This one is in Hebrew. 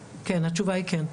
התשובה היא כן.